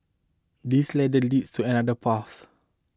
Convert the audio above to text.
this ladder leads to another path